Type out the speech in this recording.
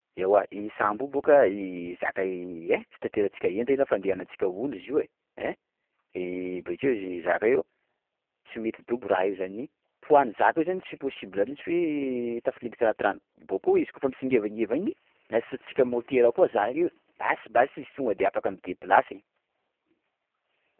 Ewa i sambo io bôka zaka ein! _x000D_ Fitanterantsika enta na fandehanatsika olo izy io e ein! _x000D_ Bakeo io zaka io tsy mety dobo raha io zany! _x000D_ Poids-ny zaka io zany tsy possible mintsy hoe: tafilentika anaty rano, bôko izy kôfa mitsingevana iny nasiantsika motera koa zaka io, basy, basy izy tonga de afaka mideplasy.